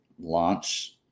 launch